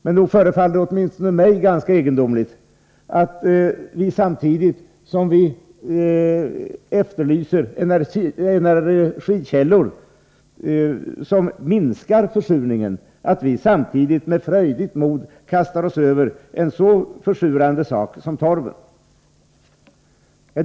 Men nog förefaller det åtminstone mig ganska egendomligt att vi samtidigt som vi efterlyser sådana energikällor som innebär att försurningen minskas, med frejdigt mod kastar oss över något så försurande som torven.